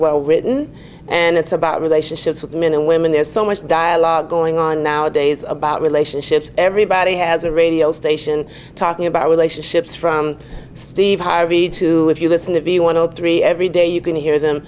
well written and it's about relationships with men and women there's so much dialogue going on nowadays about relationships everybody has a radio station talking about relationships from steve harvey to if you listen to be one of three every day you can hear them